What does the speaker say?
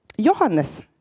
Johannes